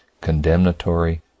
condemnatory